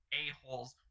a-holes